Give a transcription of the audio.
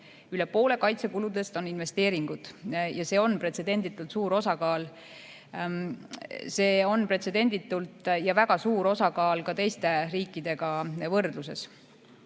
Üle poole kaitsekuludest on investeeringud, ja see on pretsedenditult suur osakaal. See on pretsedenditult väga suur osakaal ka võrdluses